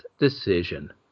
decision